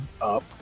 up